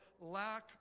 lack